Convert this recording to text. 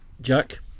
Jack